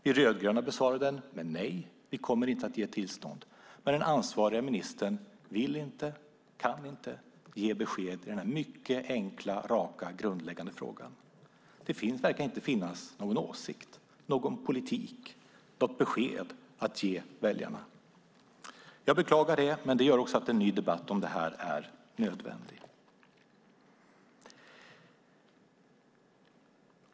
Vi rödgröna besvarar den med nej; vi kommer inte att ge tillstånd. Den ansvariga ministern vill eller kan dock inte ge besked i denna enkla, raka och grundläggande fråga. Det verkar inte finnas någon åsikt, någon politik eller något besked att ge väljarna. Jag beklagar det. Det gör att en ny debatt om detta är nödvändig.